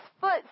foot